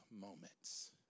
moments